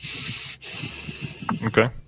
Okay